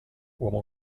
uomo